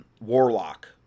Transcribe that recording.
warlock